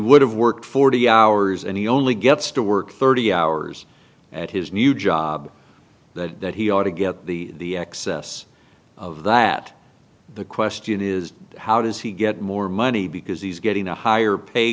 would have worked forty hours and he only gets to work thirty hours at his new job that he ought to get the excess of that the question is how does he get more money because he's getting a higher pay